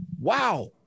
Wow